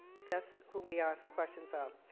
that's who we ask questions of.